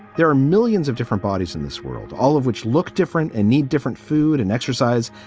there are millions of different bodies in this world, all of which look different and need different food and exercise.